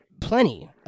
plenty